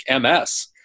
MS